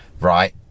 right